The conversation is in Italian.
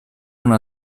una